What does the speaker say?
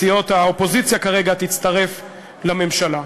מסיעות האופוזיציה כרגע, תצטרף לממשלה.